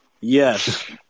Yes